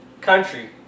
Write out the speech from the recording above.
Country